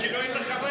כי לא היית חבר.